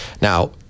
Now